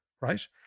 right